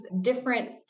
different